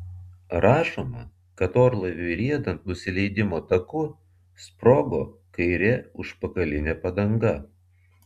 rašoma kad orlaiviui riedant nusileidimo taku sprogo kairė užpakalinė padanga